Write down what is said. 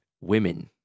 women